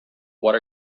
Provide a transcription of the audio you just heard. what